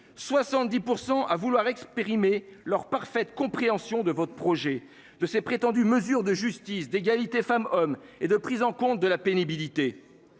70% à vouloir exprimer leur parfaite compréhension de votre projet de ces prétendues mesures de justice, d'égalité, femmes-hommes et de prise en compte de la pénibilité.